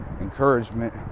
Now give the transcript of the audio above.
encouragement